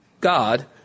God